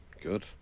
Good